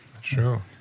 sure